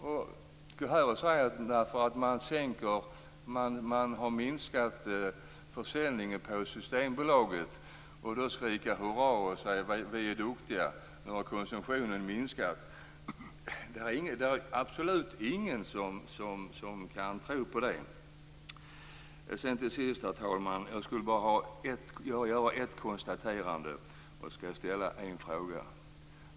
Men här går vi och säger att försäljningen har minskat på Systembolaget och skriker: "Hurra, vad vi är duktiga. Konsumtionen har minskat." Det är absolut ingen som kan tro på det. Herr talman! Jag vill göra ett konstaterande och ställa en fråga.